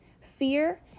fear